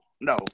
no